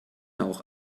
auch